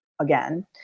again